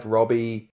Robbie